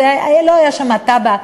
לא הייתה שם תב"ע,